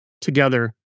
together